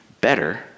better